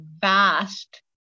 vast